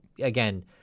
Again